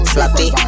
Slappy